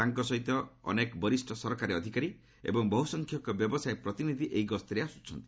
ତାଙ୍କ ସହିତ ଅନେକ ବରିଷ୍ଠ ସରକାରୀ ଅଧିକାରୀ ଏବଂ ବହୁସଂଖ୍ୟକ ବ୍ୟବସାୟ ପ୍ରତିନିଧ୍ୟ ଏହି ଗସ୍ତରେ ଆସିଛନ୍ତି